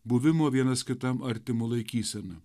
buvimo vienas kitam artimu laikysena